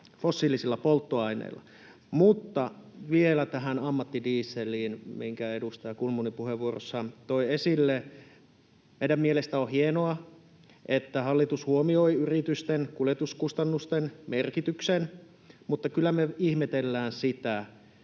fossiilisilla polttoaineilla. Vielä tähän ammattidieseliin, minkä edustaja Kulmuni puheenvuorossaan toi esille. Meidän mielestämme on hienoa, että hallitus huomioi yritysten kuljetuskustannusten merkityksen, mutta kyllä me ihmetellään sitä,